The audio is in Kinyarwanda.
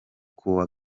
kuwa